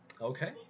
Okay